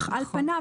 אך על פניו,